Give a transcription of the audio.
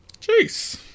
Jeez